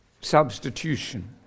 Substitution